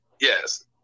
yes